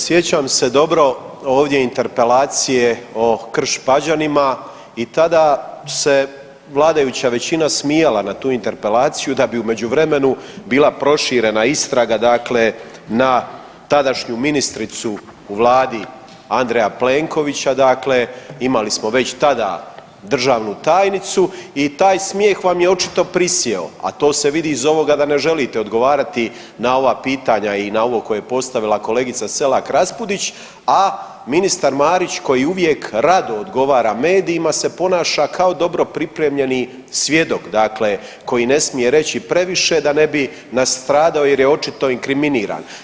Sjećam se dobro ovdje interpelacije o Krš-Pađenima i tada se vladajuća većina smijala na tu interpelaciju da bi u međuvremenu bila proširena istraga dakle na tadašnju ministricu u vladi Andreja Plenkovića, dakle imali smo već tada državnu tajnicu i taj smijeh vam je očito prisjeo, a to se vidi iz ovoga da ne želite odgovarati na ova pitanja i na ovo koje je postavila kolegica Selak Raspudić, a ministar Marić koji uvijek rado odgovara medijima se ponaša kao dobro pripremljeni svjedok, dakle koji ne smije reći previše da ne bi nastradao jer je očito inkriminiran.